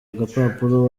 agapapuro